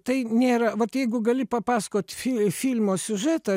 tai nėra vat jeigu gali papasakot fi filmo siužetą